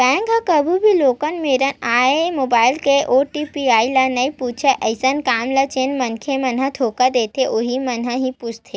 bank ह कभू भी लोगन मेरन आए मोबाईल के ओ.टी.पी ल नइ पूछय अइसन काम ल जेन मनखे मन ह धोखा देथे उहीं मन ह ही पूछथे